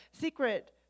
secret